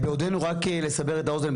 רק כדי לסבר את האוזן,